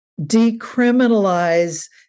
decriminalize